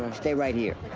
um stay right here.